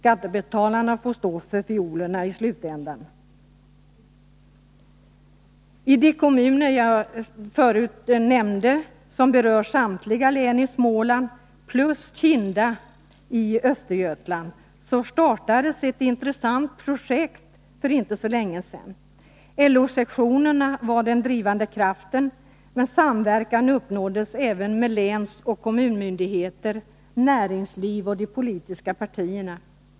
Skattebetalarna får stå för fiolerna i slutändan. I de kommuner jag förut nämnde startades ett intressant projekt för inte så länge sedan, som berör samtliga län i Småland plus Kinda kommun i Östergötland. LO-sektionerna var den drivande kraften, men samverkan uppnåddes även med länsoch kommunmyndigheter, näringsliv och de politiska partierna.